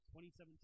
2017